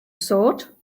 sort